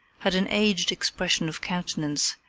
had an aged expression of countenance,